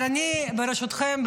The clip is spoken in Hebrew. אבל ברשותכם,